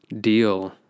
deal